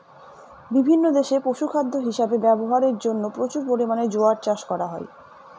বিভিন্ন দেশে পশুখাদ্য হিসাবে ব্যবহারের জন্য প্রচুর পরিমাণে জোয়ার চাষ করা হয়